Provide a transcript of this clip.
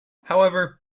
however